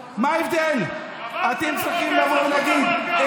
אתה לא רוצה לשמוע, לא אכפת לך.